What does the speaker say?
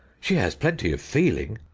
she has plenty of feeling.